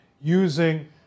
using